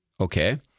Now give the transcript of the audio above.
Okay